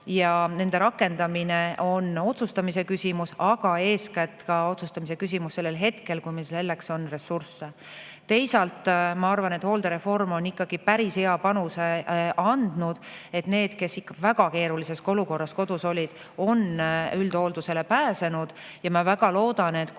Nende rakendamine on otsustamise küsimus, aga eeskätt otsustamise küsimus ka sellel hetkel, kui meil on selleks ressursse. Teisalt ma arvan, et hooldereform on ikkagi päris hea panuse andnud selleks, et need, kes ikka väga keerulises olukorras kodus olid, on üldhooldusele pääsenud. Ma väga loodan, et kui